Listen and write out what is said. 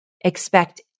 expect